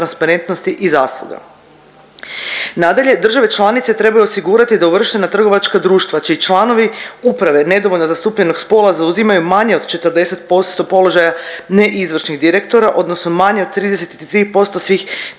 i zasluga. Nadalje države članice trebaju osigurati da uvrštena trgovačka društva čiji članovi uprave nedovoljno zastupljenog spola zauzimaju manje od 40% položaja neizvršnih direktora odnosno manje od 33% svih